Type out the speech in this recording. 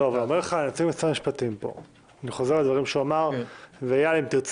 אבל אומר לך נציג המשפטים פה שמרגע שמכניסים